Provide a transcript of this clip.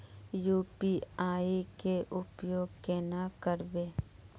UPI के उपयोग केना करबे?